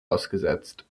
ausgesetzt